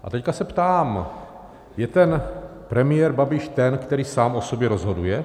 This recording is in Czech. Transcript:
A teď se ptám, je ten premiér Babiš ten, který sám o sobě rozhoduje?